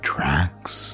Tracks